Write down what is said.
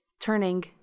turning